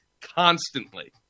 constantly